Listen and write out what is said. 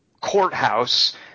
courthouse